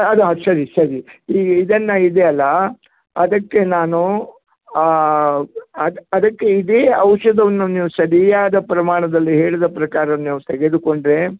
ಅದು ಅದು ಸರಿ ಸರಿ ಈಗ ಇದನ್ನು ಇದೆಯಲ್ಲ ಅದಕ್ಕೆ ನಾನು ಅದು ಅದಕ್ಕೆ ಇದೇ ಔಷಧವನ್ನು ನೀವು ಸರಿಯಾದ ಪ್ರಮಾಣದಲ್ಲಿ ಹೇಳಿದ ಪ್ರಕಾರ ನೀವು ತೆಗೆದುಕೊಂಡರೆ